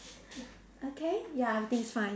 okay ya everything is fine